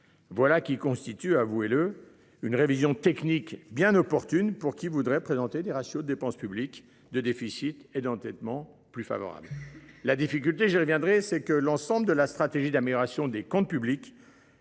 Voilà qui constitue avouez-le une révision technique bien opportune pour qui voudrait présenter des ratios de dépenses publiques de déficit et d'endettement plus favorable la difficulté je viendrai c'est que l'ensemble de la stratégie d'amélioration des comptes publics